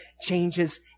changes